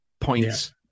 points